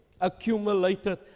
accumulated